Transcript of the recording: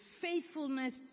faithfulness